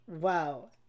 wow